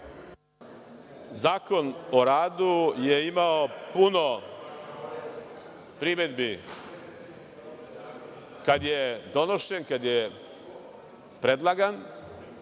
Zakon o radu je imao puno primedbi kada je donošen, kada je predlagan.